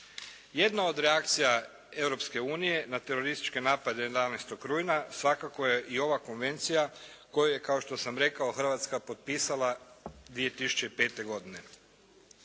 Jedna od reakcija Europske unije na terorističke napade 11. rujna svakako je i ova konvencija koju je kao što sam rekao Hrvatska potpisala 2005. godine.